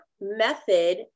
method